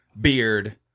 beard